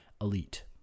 elite